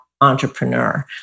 Entrepreneur